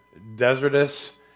desertous